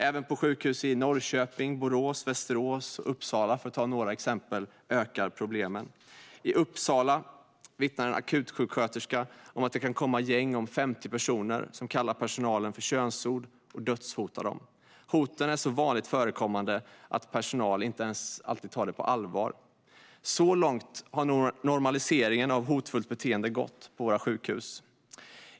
Även på sjukhus i Norrköping, Borås, Västerås och Uppsala, för att ta några exempel, ökar problemen. I Uppsala vittnar en akutsjuksköterska om att det kan komma gäng om 50 personer, som kallar personalen för könsord och dödshotar dem. Hoten är så vanligt förekommande att personal inte ens alltid tar dem på allvar. Så långt har normaliseringen av hotfullt beteende gått på våra sjukhus.